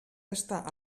està